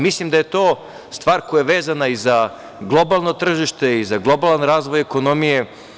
Mislim da je to stvar koja je vezana i za globalno tržište i za globalan razvoj ekonomije.